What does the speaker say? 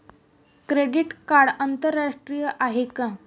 Credit card आंतरराष्ट्रीय आहे का?